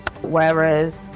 Whereas